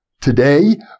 Today